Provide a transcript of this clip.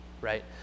Right